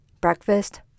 breakfast